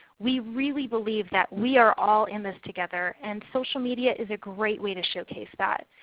we really believe that we are all in this together, and social media is a great way to show case that.